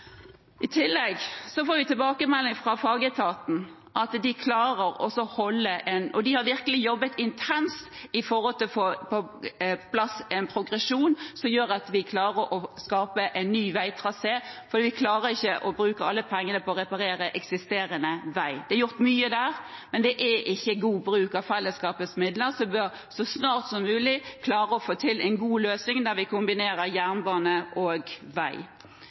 de har virkelig jobbet intenst for å få på plass en progresjon som gjør at vi klarer å skape en ny veitrasé, for vi klarer ikke å bruke alle pengene på å reparere eksisterende vei. Det er gjort mye der, men det er ikke god bruk av fellesskapets midler, så vi bør så snart som mulig klare å få til en god løsning der vi kombinerer jernbane og vei.